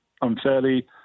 unfairly